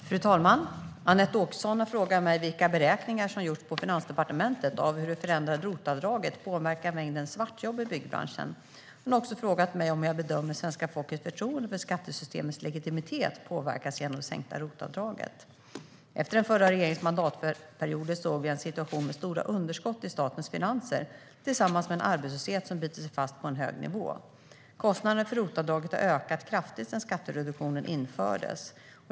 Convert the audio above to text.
Svar på interpellationer Fru talman! Anette Åkesson har frågat mig vilka beräkningar som gjorts på Finansdepartementet av hur det förändrade ROT-avdraget påverkar mängden svartjobb i byggbranschen. Hon har också frågat mig om jag bedömer att svenska folkets förtroende för skattesystemets legitimitet påverkas genom det sänkta ROT-avdraget. Efter den förra regeringens mandatperioder såg vi en situation med stora underskott i statens finanser tillsammans med en arbetslöshet som bitit sig fast på en hög nivå. Kostnaderna för ROT-avdraget har ökat kraftigt sedan skattereduktionen infördes.